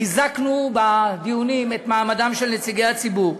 חיזקנו בדיונים את מעמדם של נציגי הציבור: